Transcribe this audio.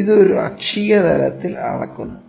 ഇത് ഒരു അക്ഷീയ തലത്തിൽ അളക്കുന്നു